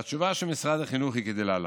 והתשובה של משרד החינוך היא כדלהלן: